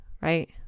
right